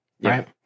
Right